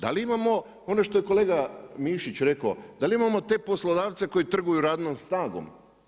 Da li imamo ono što je kolega Mišić rekao, da li imamo te poslodavce koji trguju radnom snagom?